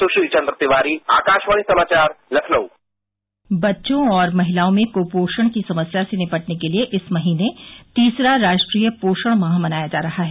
सुशील चंद तिवारी आकाशवाणी समाचारलखनऊ बच्चों और महिलाओं में क्पोषण की समस्या से निपटने के लिए इस महीने तीसरा राष्ट्रीय पोषणमाह मनाया जा रहा है